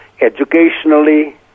educationally